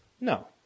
No